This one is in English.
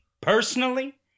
personally